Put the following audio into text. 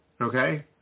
okay